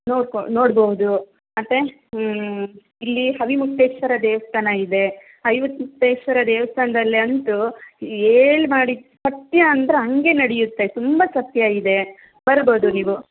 ನೋಡ್ಕೊ ನೋಡಬಹುದು ಮತ್ತೆ ಇಲ್ಲಿ ಹವಿ ಮುಟ್ಟೇಶ್ವರ ದೇವಸ್ಥಾನ ಇದೆ ಹವಿ ಮುಟ್ಟೇಶ್ವರ ದೇವಸ್ಥಾನದಲ್ಲಿ ಅಂತೂ ಹೇಳಿ ಮಹಡಿ ಸತ್ಯ ಅಂದ್ರೆ ಹಂಗೆ ನಡೆಯುತ್ತೆ ತುಂಬ ಸತ್ಯ ಇದೆ ಬರಬಹುದು ನೀವು